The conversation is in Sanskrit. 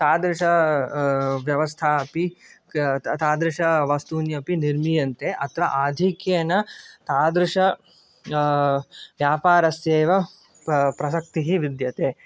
तादृश व्यवस्था अपि तादृशः वस्तून्यपि निर्मीयन्ते अत्र आधिक्येन तादृश व्यापारस्य एव प्रसक्तिः विद्यते